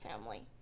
family